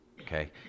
okay